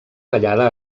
ballada